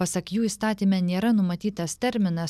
pasak jų įstatyme nėra numatytas terminas